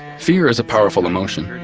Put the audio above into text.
fear is a powerful emotion,